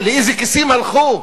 לאיזה כיסים הלכו?